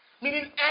Meaning